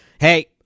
hey